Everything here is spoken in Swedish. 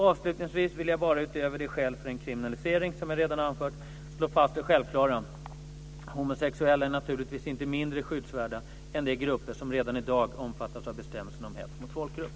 Avslutningsvis vill jag bara, utöver de skäl för en kriminalisering som jag redan har anfört, slå fast det självklara - homosexuella är naturligtvis inte mindre skyddsvärda än de grupper som redan i dag omfattas av bestämmelsen om hets mot folkgrupp.